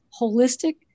holistic